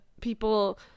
people